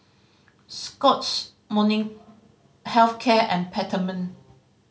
Scott's Health Care and Peptamen